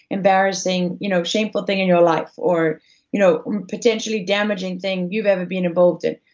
embarrassing, you know shameful thing in your life, or you know potentially damaging thing you've ever been involved in.